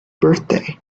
birthday